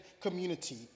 community